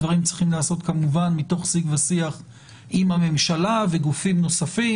הדברים צריכים לעשות כמובן מתוך סיג ושיח אם הממשלה וגופים נוספים,